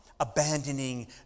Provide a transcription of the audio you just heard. abandoning